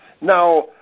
Now